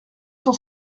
cent